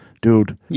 dude